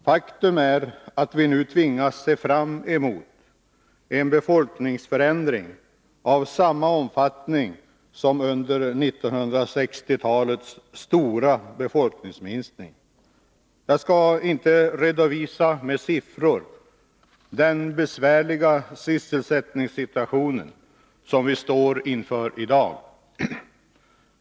Faktum är att vi nu tvingas se fram emot en befolkningsförändring av samma omfattning som under 1960-talets stora befolkningsminskning. Jag skall inte redovisa med siffror den besvärliga sysselsättningssituation som vi står inför i dag.